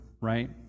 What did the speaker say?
right